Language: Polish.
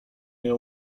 nie